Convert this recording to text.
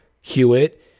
Hewitt